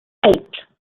eight